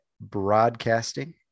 broadcasting